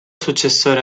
successore